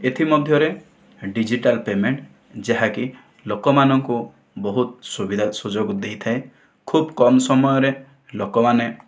ଏଥିମଧ୍ୟରେ digital payment ଯାହାକି ଲୋକମାନଙ୍କୁ ବହୁତ ସୁବିଧା ସୁଯୋଗ ଦେଇଥାଏ ଖୁବ କମ ସମୟରେ ଲୋକମାନେ